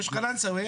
יש בקלנסואה.